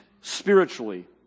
spiritually